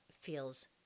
feels